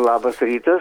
labas rytas